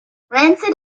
rancid